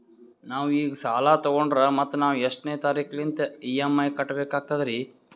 ನಾವು ಈಗ ಸಾಲ ತೊಗೊಂಡ್ರ ಮತ್ತ ನಾವು ಎಷ್ಟನೆ ತಾರೀಖಿಲಿಂದ ಇ.ಎಂ.ಐ ಕಟ್ಬಕಾಗ್ತದ್ರೀ?